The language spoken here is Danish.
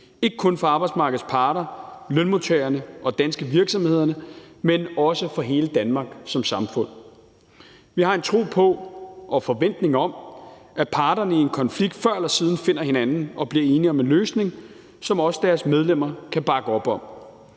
ikke kun for arbejdsmarkedets parter, lønmodtagerne og danske virksomheder, men også for hele Danmark som samfund. Vi har en tro på og forventning om, at parterne i en konflikt før eller siden finder hinanden og bliver enige om en løsning, som også deres medlemmer kan bakke op om.